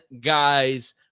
guys